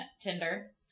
Tinder